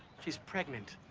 she's pregnant.